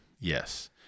Yes